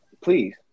Please